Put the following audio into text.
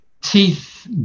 teeth